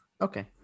Okay